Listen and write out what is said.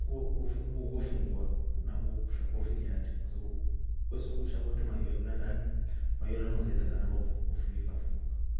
Ufunguo we fungua sha kufuli atri kwasabu we sungusha kwetre maiyo kulya ndani maiyo masa ye tengana kofuli yo ikafunguka.